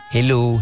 Hello